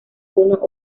uno